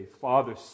Father